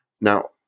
Now